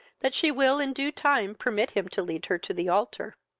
that she will in due time permit him to lead her to the altar.